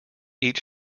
each